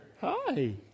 Hi